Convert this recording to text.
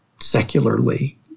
secularly